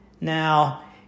Now